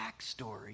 backstory